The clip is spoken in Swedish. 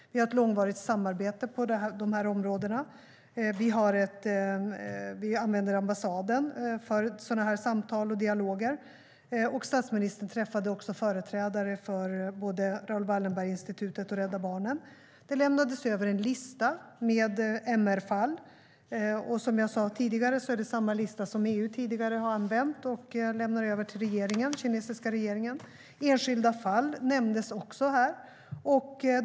Vi har ett långvarigt samarbete på dessa områden. Vi använder ambassaden för sådana här samtal och dialoger. Statsministern träffade också företrädare för både Raoul Wallenberg-institutet och Rädda Barnen. Det lämnades över en lista med MR-fall. Som jag sa är det samma lista som EU tidigare har använt och lämnat över till den kinesiska regeringen. Enskilda fall nämndes också.